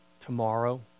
tomorrow